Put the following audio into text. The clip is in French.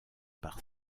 par